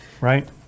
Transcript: Right